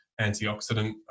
antioxidant